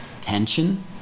tension